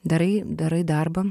darai darai darbą